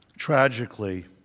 Tragically